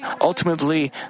ultimately